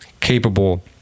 capable